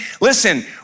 Listen